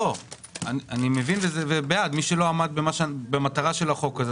מי שלא עמד במטרת החוק הזה,